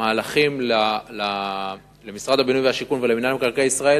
מהלכים למשרד הבינוי והשיכון ולמינהל מקרקעי ישראל